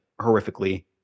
horrifically